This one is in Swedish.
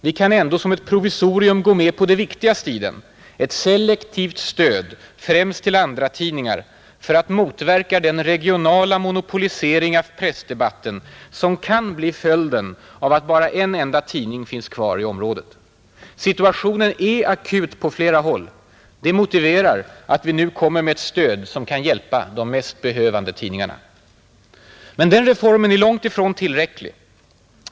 Vi kan ändå som ett provisorium gå med på det viktigaste i den: ett selektivt stöd främst till andratidningar för att motverka den regionala monopolisering av pressdebatten som kan bli följden av att bara en enda tidning finns kvar i området, Situationen är akut på flera håll — det motiverar att vi nu kommer med ett stöd som kan hjälpa de mest behövande tidningarna. Men den reformen är långt ifrån tillräcklig.